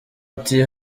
ati